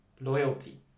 loyalty